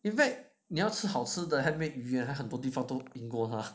in fact 你要吃好吃的 handmade 鱼圆很多地方都赢过他